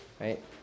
Right